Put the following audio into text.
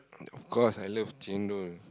of course I love chendol